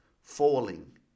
falling